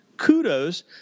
Kudos